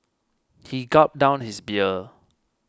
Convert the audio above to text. he gulped down his beer